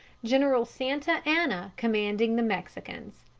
general santa anna commanding the mexicans.